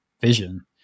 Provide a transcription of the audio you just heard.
vision